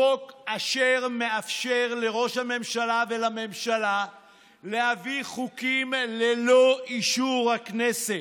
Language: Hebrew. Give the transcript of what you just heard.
חוק אשר מאפשר לראש הממשלה ולממשלה להביא חוקים ללא אישור הכנסת.